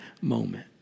moment